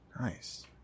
Nice